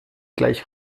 gleich